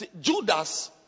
Judas